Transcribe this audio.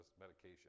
medication